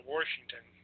Washington